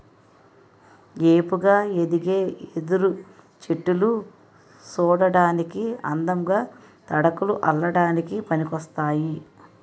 ఏపుగా ఎదిగే వెదురు చెట్టులు సూడటానికి అందంగా, తడకలు అల్లడానికి పనికోస్తాయి